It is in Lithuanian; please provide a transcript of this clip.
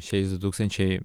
šiais du tūkstančiai